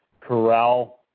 corral